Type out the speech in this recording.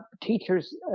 teachers